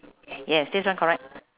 yes this one correct